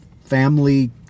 family